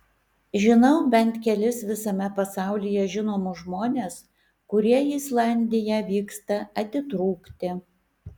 žinau bent kelis visame pasaulyje žinomus žmones kurie į islandiją vyksta atitrūkti